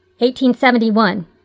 1871